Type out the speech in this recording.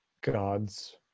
gods